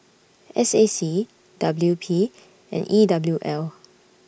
S A C W P and E W L